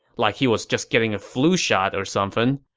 like he was just getting a flu shot or something.